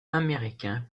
américain